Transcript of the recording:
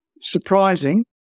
surprising